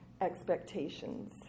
expectations